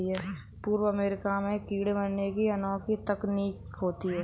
पूर्वी अमेरिका में कीड़े मारने की अनोखी तकनीक होती है